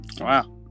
Wow